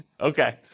Okay